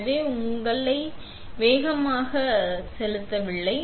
எனவே நாங்கள் உங்களை வேகமாக அடிக்கவில்லை